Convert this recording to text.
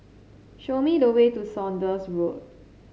show me the way to Saunders Road